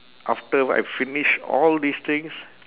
after I finish all these things